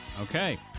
Okay